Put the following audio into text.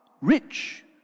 rich